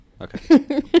Okay